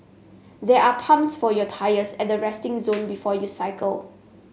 they are pumps for your tyres at the resting zone before you cycle